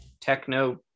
techno